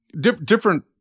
different